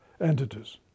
entities